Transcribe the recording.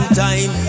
time